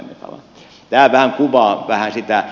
tämä vähän kuvaa sitä